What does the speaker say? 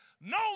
no